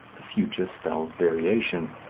the future spells variation.